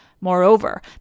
Moreover